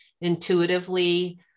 intuitively